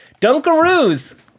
Dunkaroos